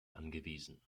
angewiesen